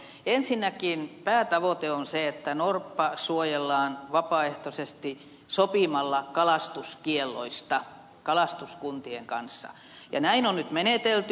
ensinnäkin päätavoite on se että norppa suojellaan vapaaehtoisesti sopimalla kalastuskielloista kalastuskuntien kanssa ja näin on nyt menetelty